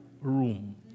room